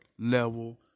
level